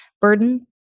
burden